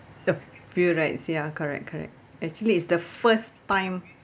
the view right ya correct correct actually is the first time